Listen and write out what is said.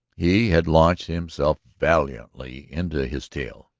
he had launched himself valiantly into his tale.